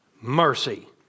mercy